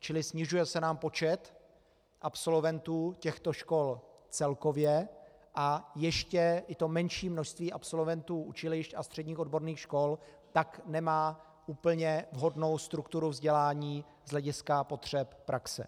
Čili snižuje se nám počet absolventů těchto škol celkově a ještě i to menší množství absolventů učilišť a středních odborných škol tak nemá úplně vhodnou strukturu vzdělání z hlediska potřeb praxe.